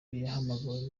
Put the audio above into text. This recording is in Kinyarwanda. yahamagawe